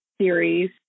series